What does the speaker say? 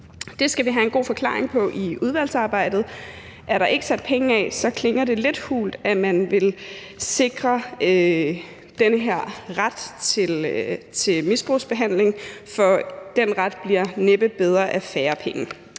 Det skal vi have en god forklaring på i udvalgsarbejdet. Er der ikke sat penge af, klinger det lidt hult, at man vil sikre den her ret til misbrugsbehandling, for den ret bliver netop næppe bedre af færre penge.